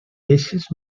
eixes